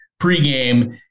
pregame